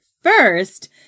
First